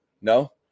No